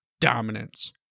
dominance